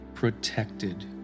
Protected